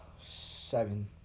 Seven